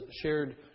shared